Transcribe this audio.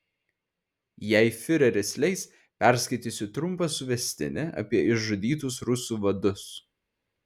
jei fiureris leis perskaitysiu trumpą suvestinę apie išžudytus rusų vadus